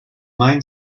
mind